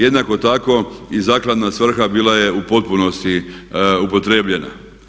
Jednako tako i zakladna svrha bila je u potpunosti upotrijebljena.